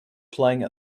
playing